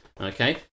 Okay